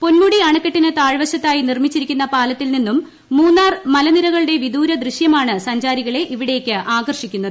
പൊന്മുടി അണക്കെട്ടിന് താഴ് വശത്തായി നിർമ്മിച്ചിരിക്കുന്ന പാലത്തിൽ നിന്നും മൂന്നാർ മലനിരകളുടെ വിദൂര ദൃശ്യമാണ് സഞ്ചാരികളെ ഇവിടേയ്ക്ക് ആകർഷിക്കുന്നത്